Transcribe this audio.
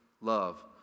love